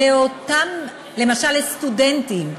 למשל לסטודנטים.